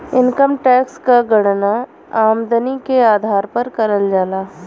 income tax क गणना आमदनी के आधार पर करल जाला